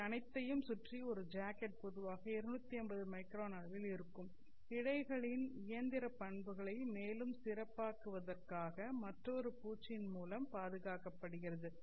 இவை அனைத்தையும் சுற்றி ஒரு ஜாக்கெட் பொதுவாக 250 மைக்ரான் அளவில் இருக்கும் இழைகளின் இயந்திர பண்புகளை மேலும் சிறப்பாக்குவதற்காக மற்றொரு பூச்சின் மூலம் பாதுகாக்கப்படுகிறது